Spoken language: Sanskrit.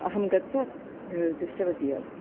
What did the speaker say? अहं गत्वा दृष्टवती अत्र